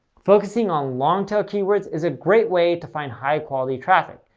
focusing on long-tail keywords is a great way to find high-quality traffic.